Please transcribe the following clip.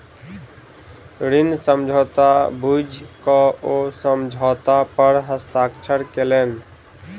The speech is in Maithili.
ऋण समझौता बुइझ क ओ समझौता पर हस्ताक्षर केलैन